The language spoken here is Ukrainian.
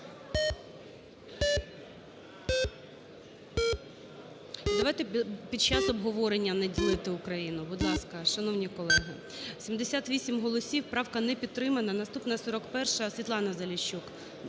Давайте під час обговорення не ділити Україну, будь ласка, шановні колеги, 11:10:17 За-78 78 голосів. Правка не підтримана. Наступна 41-а. Світлана Заліщук.